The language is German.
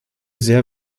sehr